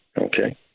Okay